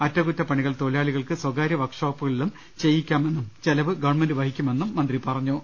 അറ്റകുറ്റപ്പണികൾ തൊഴിലാളികൾക്ക് സ്വകാര്യ വർക്ക് ഷോപ്പുകളിലും ചെയ്യിക്കാമെന്നും ചെലവ് ഗവൺമെന്റ് വഹിക്കുമെന്നും മന്ത്രി പറഞ്ഞു